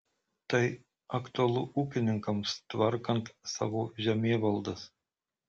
tai aktualu ūkininkams tvarkant savo žemėvaldas